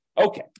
Okay